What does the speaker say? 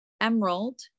emerald